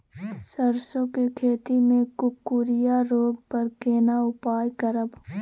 सरसो के खेती मे कुकुरिया रोग पर केना उपाय करब?